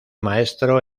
maestro